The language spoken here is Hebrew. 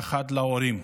קריאה אחת, להורים: